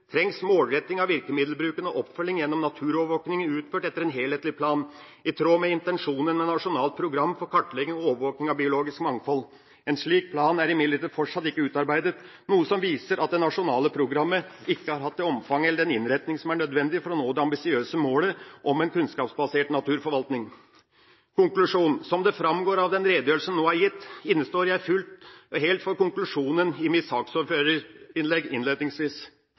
trengs en målretting av virkemiddelbruken og en oppfølging gjennom naturovervåking utført etter en helhetlig plan, i tråd med intensjonen med Nasjonalt program for kartlegging og overvåking av biologisk mangfold. En slik plan er imidlertid fortsatt ikke utarbeidet, noe som viser at det nasjonale programmet ikke har hatt det omfanget eller den innretningen som er nødvendig for å nå det ambisiøse målet om en kunnskapsbasert naturforvaltning. Konklusjon: Som det framgår av den redegjørelsen jeg nå har gitt, innestår jeg fullt og helt for konklusjonen i mitt saksordførerinnlegg, innledningsvis.